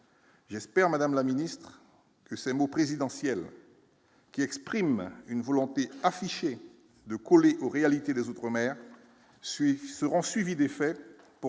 J'espère, Madame la Ministre, que ces mots présidentiels. Qui exprime une volonté affichée de coller aux réalités des mer ce seront suivies d'effets pour